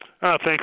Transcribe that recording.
Thanks